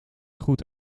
goed